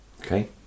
okay